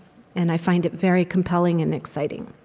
and i find it very compelling and exciting